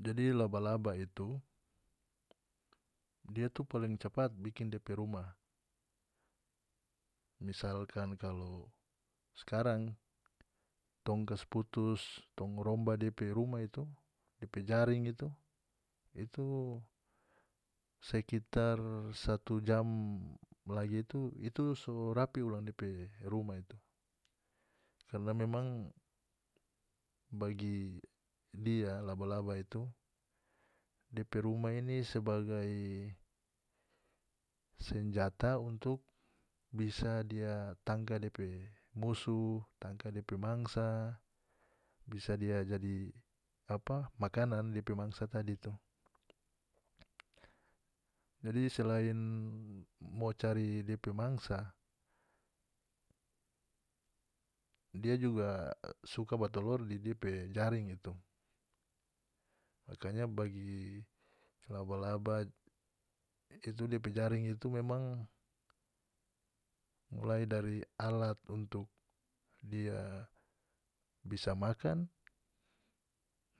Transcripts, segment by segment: Jadi laba-laba itu dia itu paling capat bikin depe rumah misalkan kalu skarang tong kas putus tong romba depe rumah itu depe jaring itu itu sekitar satu jam lagi itu itu so rapi ulang depe rumah itu karna memang bagi dia laba-laba itu depe rumah ini sebagai senjata untuk bisa dia tangka depe musuh tangka depe mangsa bisa dia jadi apa makanan dia pe mangsa tadi itu jadi selain mo cari depe mangsa dia juga suka ba tolor di dia pe jaring itu kayanya bagi laba-laba itu depe itu memang mulai dari alat untuk dia bisa makan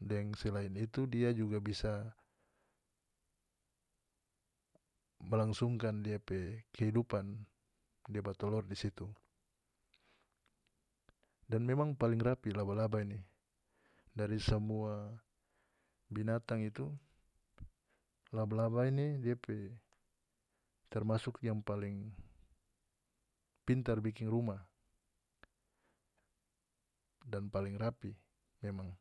deng selain itu dia juga bisa melangsungkan dia pe kehidupan dia ba tolor di situ dan memang paling rapih laba-laba ini dari samua binatang itu laba-laba ini dia pe termasuk yang paling pintar bikin rumah dan paling rapih memang.